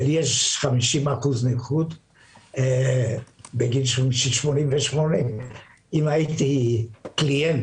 לי יש 50% נכות בגיל 88, ואם הייתי "קליינט"